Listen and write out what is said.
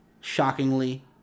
Shockingly